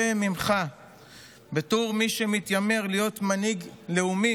ואני שמעתי אותם מדברים,